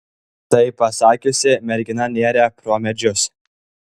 tai pasakiusi mergina nėrė pro medžius